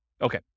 okay